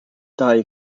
dai